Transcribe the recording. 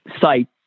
sites